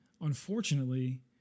unfortunately